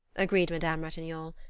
agreed madame ratignolle.